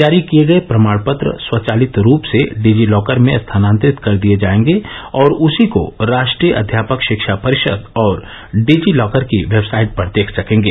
जारी किए गए प्रमाण पत्र स्वचालित रूप से डिजीलॉकर में स्थानांतरित कर दिए जाएंगे और उसी को राष्ट्रीय अध्यापक शिक्षा परिषद और डिजीलॉकर की वेबसाइट पर देख सकेंगे